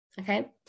Okay